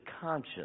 conscience